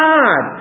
God